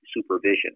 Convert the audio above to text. supervision